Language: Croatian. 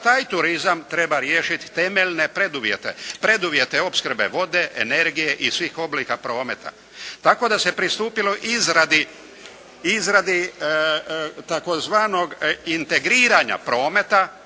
taj turizam treba riješiti temeljne preduvjete, preduvjete opskrbe vode, energije i svih oblika prometa. Tako da se pristupilo izradi tzv. integriranja prometa,